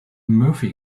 murphy